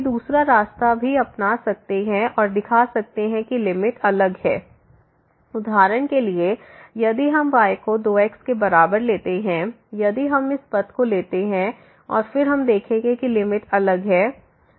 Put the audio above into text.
कोई दूसरा रास्ता भी अपना सकते है और दिखा सकते है कि लिमिट अलग है उदाहरण के लिए यदि हम y को 2 x के बराबर लेते हैं यदि हम इस पाथ को लेते हैं और फिर हम देखेंगे कि लिमिट अलग है